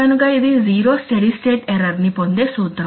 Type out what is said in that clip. కనుక ఇది zero steady state error ని పొందే సూత్రం